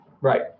right